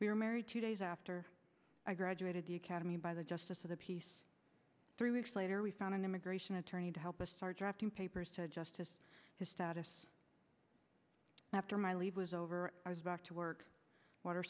we were married two days after i graduated the academy by the justice of the peace three weeks later we found an immigration attorney to help us start drafting papers to adjust to his status after my leave was over i was back to work wat